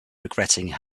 regretting